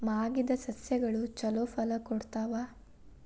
ಮಾಗಿದ್ ಸಸ್ಯಗಳು ಛಲೋ ಫಲ ಕೊಡ್ತಾವಾ?